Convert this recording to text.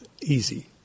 easy